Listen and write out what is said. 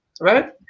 right